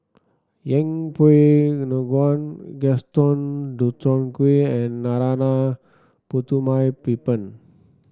Yeng Pway Ngon Gaston Dutronquoy and Narana Putumaippittan